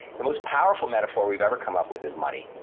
the most powerful metaphor we've ever come up with is money.